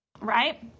right